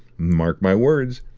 mark my words.